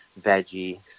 veggie